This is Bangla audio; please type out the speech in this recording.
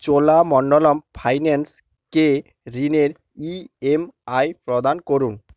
চোলামণ্ডলম ফাইন্যান্সকে ঋণের ইএমআই প্রদান করুন